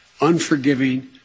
unforgiving